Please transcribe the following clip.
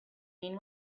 mean